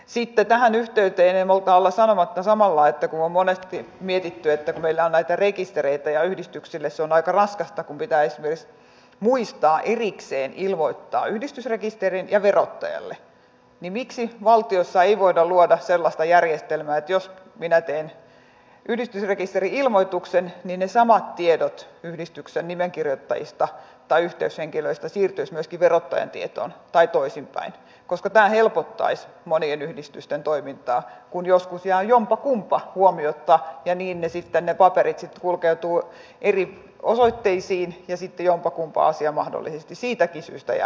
sitten tähän yhteyteen en malta olla sanomatta samalla että kun on monesti mietitty että kun meillä on näitä rekistereitä ja yhdistyksille se on aika raskasta kun pitää esimerkiksi muistaa erikseen ilmoittaa yhdistysrekisteriin ja verottajalle niin miksi valtiossa ei voida luoda sellaista järjestelmää että jos minä teen yhdistysrekisteri ilmoituksen niin ne samat tiedot yhdistyksen nimenkirjoittajista tai yhteyshenkilöistä siirtyisivät myöskin verottajan tietoon tai toisinpäin koska tämä helpottaisi monien yhdistysten toimintaa kun joskus jää jompakumpa huomiotta ja niin ne paperit sitten kulkeutuvat eri osoitteisiin ja sitten jompakumpa asia mahdollisesti siitäkin syystä jää hoitamatta kun vain osa on hoidettu